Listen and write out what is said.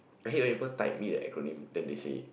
I hate when people type me the acronym then they say it